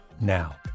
now